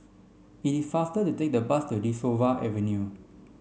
it is faster to take the bus to De Souza Avenue